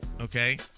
okay